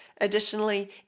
additionally